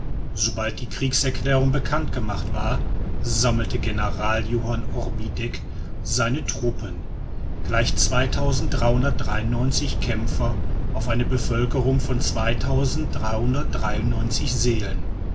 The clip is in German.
sobald die kriegserklärung bekannt gemacht war sammelte general johann orbideck seine truppen gleich kämpfer auf eine bevölkerung von seelen